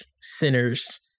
sinners